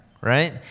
right